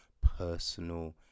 personal